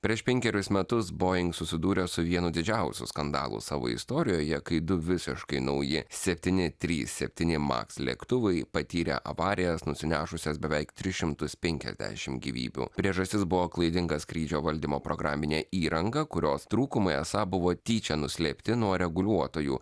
prieš penkerius metus boeing susidūrė su vienu didžiausių skandalų savo istorijoje kai du visiškai nauji septyni trys septyni maks lėktuvai patyrė avarijas nusinešusias beveik tris šimtus penkiasdešim gyvybių priežastis buvo klaidinga skrydžio valdymo programinė įranga kurios trūkumai esą buvo tyčia nuslėpti nuo reguliuotojų